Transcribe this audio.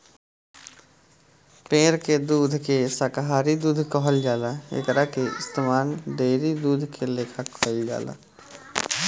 पेड़ के दूध के शाकाहारी दूध कहल जाला एकरा के इस्तमाल डेयरी दूध के लेखा कईल जाला